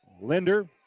Linder